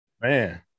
Man